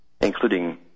including